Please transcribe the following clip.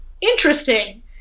interesting